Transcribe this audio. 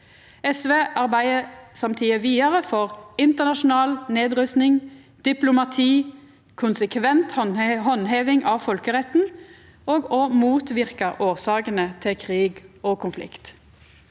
SV arbeider samtidig vidare for internasjonal nedrusting, diplomati, konsekvent handheving av folkeretten og å motverka årsakene til krig og konflikt.